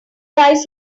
guys